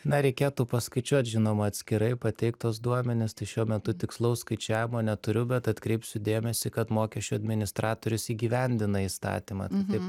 na reikėtų paskaičiuot žinoma atskirai pateikt tuos duomenis tai šiuo metu tikslaus skaičiavimo neturiu bet atkreipsiu dėmesį kad mokesčių administratorius įgyvendina įstatymą tai taip